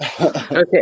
Okay